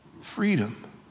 freedom